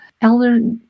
Elder